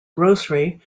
grocery